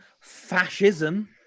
fascism